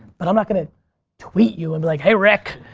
but i'm not gonna tweet you and be like, hey rick.